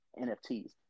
NFTs